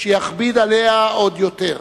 שיכביד עליה עוד יותר.